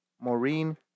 Maureen